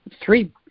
three